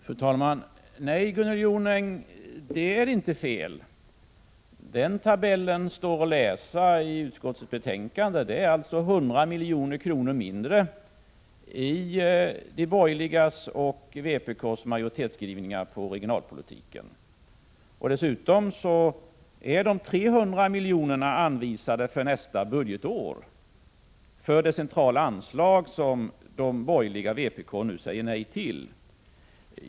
Fru talman! Nej, Gunnel Jonäng, det är inte fel. En sådan tabell står att läsa i utskottsbetänkandet. Det är 100 milj.kr. mindre i de borgerligas och vpk:s majoritetsskrivning beträffande regionalpolitiken. Dessutom är det 300 miljoner anvisade för nästa budgetår, för det centrala anslag som de borgerliga och vpk nu säger nej till.